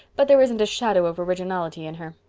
but there isn't a shadow of orginality in her.